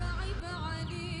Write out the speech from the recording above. התרגשתי'